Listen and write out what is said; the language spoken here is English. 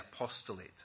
apostolate